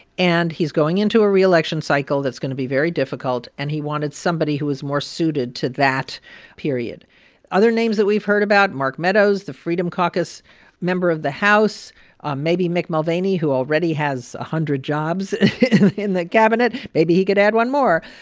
and he's going into a reelection cycle that's going to be very difficult, and he wanted somebody who was more suited to that period other names that we've heard about mark meadows, the freedom caucus member of the house um maybe mick mulvaney, who already has a hundred jobs in the cabinet. maybe he could add one more.